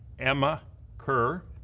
emma kerr,